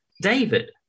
David